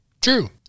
true